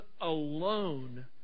alone